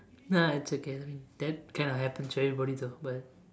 nah it's okay I mean that kinda happens to everybody though but